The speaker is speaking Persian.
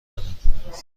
ندم